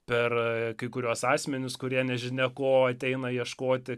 per kai kuriuos asmenis kurie nežinia ko ateina ieškoti